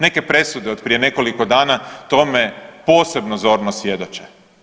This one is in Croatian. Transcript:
Neke presude od prije nekoliko dana tome posebno zorno svjedoče.